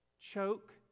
Choke